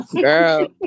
girl